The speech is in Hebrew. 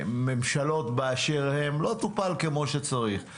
ממשלות באשר הן לא טופל כמו שצריך.